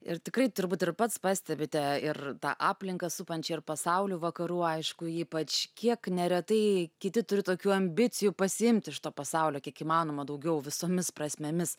ir tikrai turbūt ir pats pastebite ir tą aplinką supančią ir pasaulių vakarų aišku ypač kiek neretai kiti turi tokių ambicijų pasiimti iš to pasaulio kiek įmanoma daugiau visomis prasmėmis